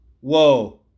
Whoa